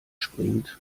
springt